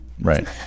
Right